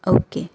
okay